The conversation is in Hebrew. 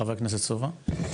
חבר הכנסת סובה.